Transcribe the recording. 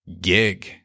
Gig